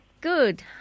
Good